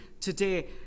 today